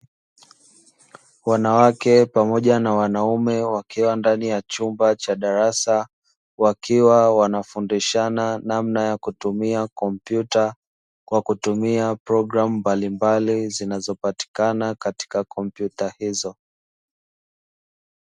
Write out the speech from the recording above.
Wanawake pamoja na wanaume wakiwa ndani ya chumba mfano darasa wakiwa wanafundishana namna ya kutumia kompyuta kwa kutumia programu mbalimbali zinazopatikana katika kompyuta hizo.